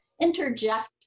interject